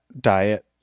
diet